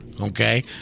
okay